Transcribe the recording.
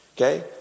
Okay